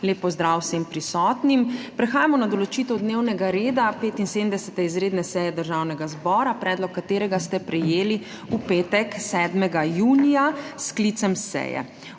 Lep pozdrav vsem prisotnim! Prehajamo na **določitev dnevnega reda** 75. izredne seje Državnega zbora, predlog katerega ste prejeli v petek, 7. junija 2024, s sklicem seje.